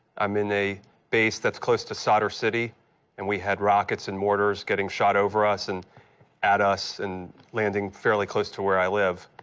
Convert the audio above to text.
i'm in a base that's close to sadr city and we had rockets and mortars getting shot over us and at us and landing fairly close to where i live.